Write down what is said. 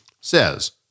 says